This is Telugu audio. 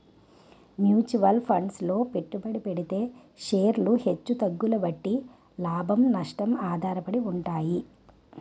మ్యూచువల్ ఫండ్సు లో పెట్టుబడి పెడితే షేర్లు హెచ్చు తగ్గుల బట్టి లాభం, నష్టం ఆధారపడి ఉంటాయి